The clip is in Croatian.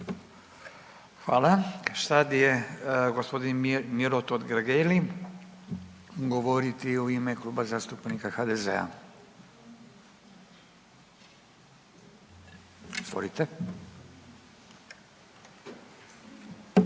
Hvala. Sad je g. Miro Totgergeli, govoriti u ime Kluba zastupnika HDZ-a, izvolite.